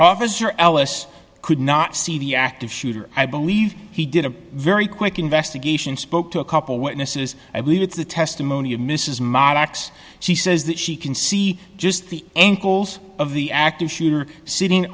officer ellis could not see the active shooter i believe he did a very quick investigation spoke to a couple witnesses i believe it's the testimony of mrs marx she says that she can see just the angles of the active shooter sitting